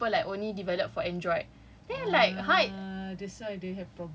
ya cause they said their software developer like only develop for android then I'm like